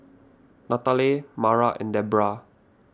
Nathaly Mara and Debrah